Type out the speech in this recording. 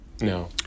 No